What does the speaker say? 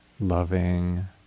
loving